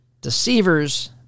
deceivers